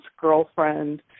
girlfriend